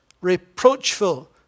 reproachful